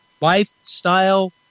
lifestyle